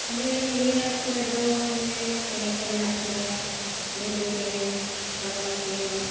ᱟᱞᱮ ᱱᱤᱭᱟᱹ ᱠᱚᱨᱮ ᱫᱚ ᱢᱟᱱᱮ ᱪᱮᱬᱮ ᱠᱚ ᱢᱮᱱᱟᱜ ᱠᱚᱜᱮᱭᱟ ᱢᱤᱨᱩ ᱪᱮᱬᱮ ᱯᱟᱣᱨᱟ ᱪᱮᱬᱮ